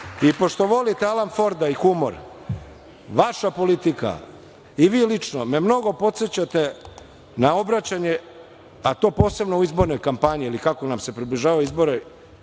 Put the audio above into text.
Pošto volite Alana Forda i humor, vaša politika i vi lično me mnogo podsećate na obraćanje, a to posebno u izbornoj kampanji ili kako nam se približavaju izbori,